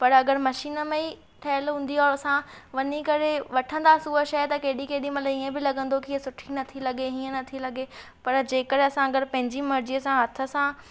पर अगरि मशीन में ई ठहियलु हूंदी और असां वञी करे वठंदासि हूअ शइ त केॾी केॾी महिल इएं बि लॻंदो कि हीअ सुठी नथी लॻे हीअं नथी लॻे पर जेकर असां अगरि पंहिंजी मर्ज़ीअ सां हथ सां